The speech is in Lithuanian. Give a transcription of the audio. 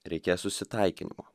reikės susitaikymo